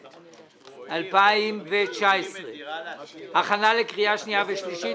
התשע"ט-2019 הכנה לקריאה שנייה ושלישית.